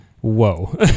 Whoa